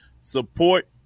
support